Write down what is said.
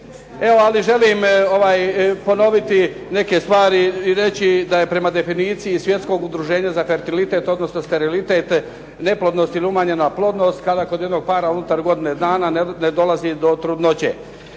kaže. Ali želim ponoviti neke stvari i reći da je prema definiciji Svjetskog udruženja za fertilitet odnosno sterilitet, neplodnost ili umanjena plodnost, kada kod jednog para unutar godine dana ne dolazi do trudnoće.